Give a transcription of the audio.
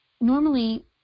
Normally